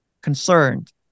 concerned